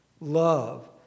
love